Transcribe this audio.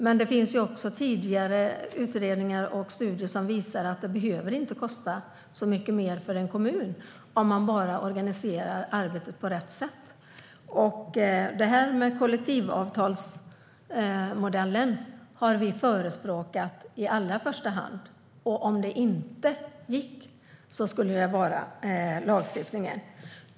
Men det finns utredningar och studier som visar att det inte behöver kosta så mycket mer för en kommun om man bara organiserar arbetet på rätt sätt. Vi har i allra första hand förespråkat kollektivavtalsmodellen, och om det inte gick skulle det vara lagstiftning.